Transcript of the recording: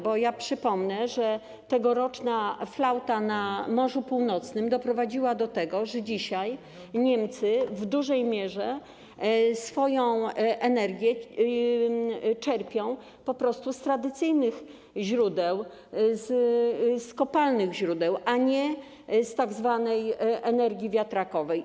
Bo przypomnę, że tegoroczna flauta na Morzu Północnym doprowadziła do tego, że dzisiaj Niemcy w dużej mierze swoją energię czerpią po prostu z tradycyjnych źródeł, z kopalnych źródeł, a nie z tzw. energii wiatrakowej.